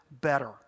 better